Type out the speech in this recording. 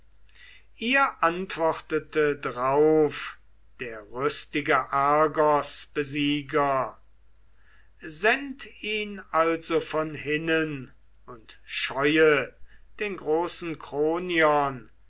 ihr antwortete drauf der rüstige argosbesieger send ihn also von hinnen und scheue den großen kronion